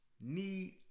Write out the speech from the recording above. need